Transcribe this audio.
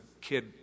kid